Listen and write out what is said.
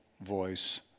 voice